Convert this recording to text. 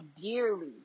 dearly